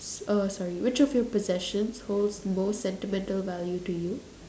oh sorry which of your possessions holds most sentimental value to you